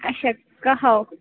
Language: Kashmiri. اَچھا قٔہو